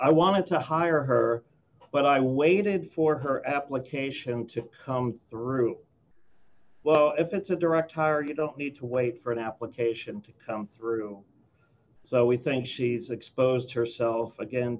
i want to hire her but i waited for her application to come through well if it's a direct hire you don't need to wait for an application to come through so we think she's exposed herself again